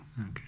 Okay